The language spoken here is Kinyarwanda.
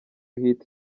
hit